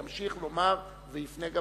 ימשיך לומר ויפנה גם